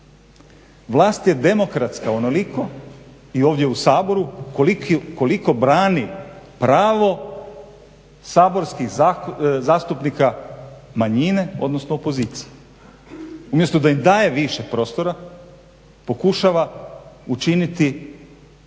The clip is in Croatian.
Vlast je demokratska onoliko i ovdje u Saboru koliko brani pravo saborskih zastupnika manjine, odnosno opozicije. Umjesto da im daje više prostora pokušava učiniti opoziciju